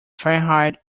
fahrenheit